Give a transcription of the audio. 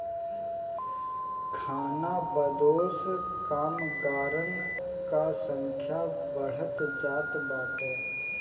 खानाबदोश कामगारन कअ संख्या बढ़त जात बाटे